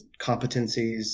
competencies